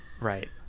Right